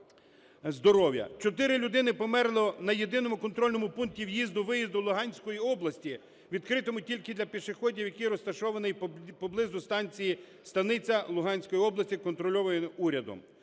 4 людини померло на єдиному контрольному пункті в'їзду-виїзду Луганської області, відкритому тільки для пішоходів, який розташований поблизу станції "Станиця" Луганської області, контрольованої урядом.